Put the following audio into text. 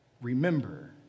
remember